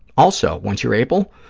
also, once you're able,